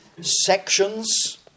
sections